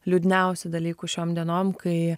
liūdniausių dalykų šiom dienom kai